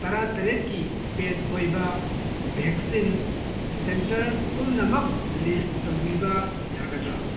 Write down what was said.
ꯇꯔꯥ ꯇꯔꯦꯠꯀꯤ ꯄꯦꯠ ꯑꯣꯏꯕ ꯚꯦꯛꯁꯤꯟ ꯁꯦꯟꯇꯔ ꯄꯨꯝꯅꯃꯛ ꯂꯤꯁ ꯇꯧꯕꯤꯕ ꯌꯥꯒꯗ꯭ꯔꯥ